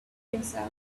himself